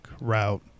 route